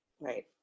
Right